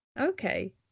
okay